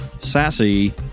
sassy